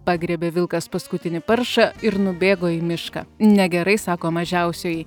pagriebė vilkas paskutinį paršą ir nubėgo į mišką negerai sako mažiausioji